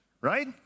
right